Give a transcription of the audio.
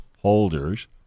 holders